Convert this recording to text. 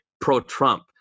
pro-Trump